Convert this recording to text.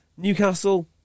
Newcastle